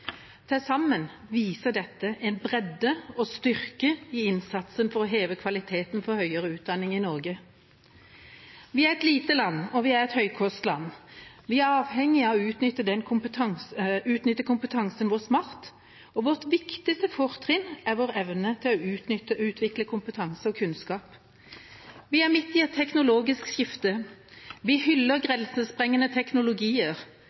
Til sammen viser dette en bredde og styrke i innsatsen for å heve kvaliteten for høyere utdanning i Norge. Vi er et lite land, og vi er et høykostland. Vi er avhengig av å utnytte kompetansen vår smart, og vårt viktigste fortrinn er vår evne til å utnytte og utvikle kompetanse og kunnskap. Vi er midt i et teknologisk skifte. Vi hyller grensesprengende teknologier.